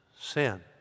Sin